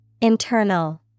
Internal